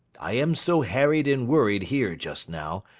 i am so harried and worried here just now,